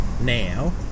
now